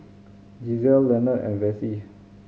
Gisele Lenord and Vessie